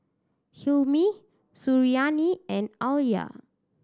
Hilmi Suriani and Alya